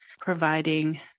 providing